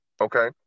okay